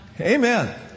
Amen